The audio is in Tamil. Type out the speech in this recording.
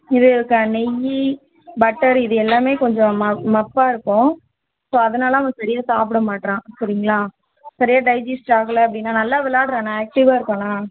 இது நெய் பட்டரு இது எல்லாமே கொஞ்சம் ம மப்பா இருக்கும் ஸோ அதனாலே அவன் சரியா சாப்பிட மாட்டேறான் சரிங்களா சரியாக டைஜிஸ்ட் ஆகலை அப்டின்னா நல்லா விளாயாட்றான்னா ஆக்ட்டிவ்வாக இருக்கானா